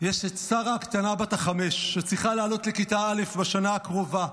יש את שרה הקטנה בת החמש שצריכה לעלות לכיתה א' בשנה הקרובה,